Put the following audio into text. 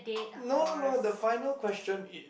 no no no the final question is